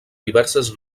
diverses